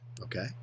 Okay